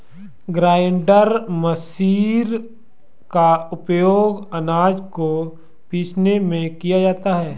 grinder machine का उपयोग आनाज को पीसने में किया जाता है